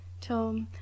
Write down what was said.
till